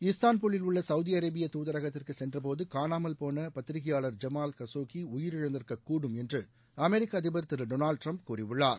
இஸ்தான்புல்லில் உள்ள Saudi Arabia தூதரத்திற்கு சென்ற போது காணாமல் போன பத்திரிகையாளர் ஐமால் கசோகி உயிரிழந்திருக்கக் கூடும் என்று அமெிக்க அதிபா் திரு டெனாவ்டு டிரம்ப் கூறியுள்ளார்